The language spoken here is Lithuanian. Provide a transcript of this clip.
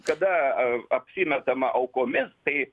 kada a apsimetama aukomis tai